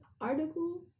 article